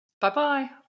Bye-bye